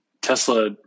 Tesla